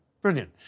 Brilliant